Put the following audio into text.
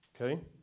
Okay